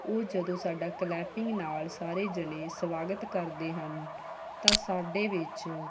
ਉਹ ਜਦੋਂ ਸਾਡਾ ਕਲੈਪਿੰਗ ਨਾਲ ਸਾਰੇ ਜਣੇ ਸਵਾਗਤ ਕਰਦੇ ਹਨ ਤਾਂ ਸਾਡੇ ਵਿੱਚ